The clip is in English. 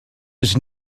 was